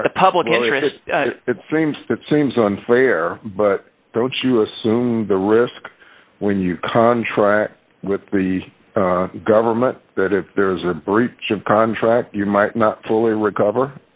why the public interest it seems that seems unfair but don't you assume the risk when you contract with the government that if there is a breach of contract you might not fully recover